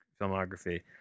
filmography